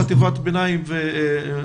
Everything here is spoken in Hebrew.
חטיבות ביניים ותיכון,